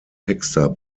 texter